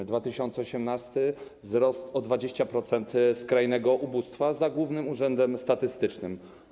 Rok 2018 to wzrost o 20% skrajnego ubóstwa - za Głównym Urzędem Statystycznym.